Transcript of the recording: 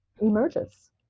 emerges